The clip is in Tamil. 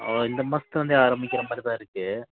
ஆ இந்த மாசத்துலந்தே ஆரம்பிக்கிற மாதிரி தான் இருக்கு